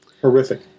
Horrific